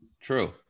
true